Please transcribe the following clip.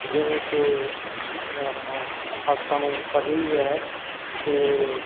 ਜਿਵੇਂ ਕਿ ਆਹਾ ਆਪਾਂ ਨੂੰ ਪਤਾ ਹੀ ਹੈ ਕਿ